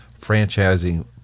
franchising